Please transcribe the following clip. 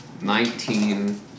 Nineteen